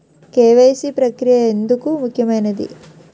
KYC ప్రక్రియ ఎందుకు ముఖ్యమైనది?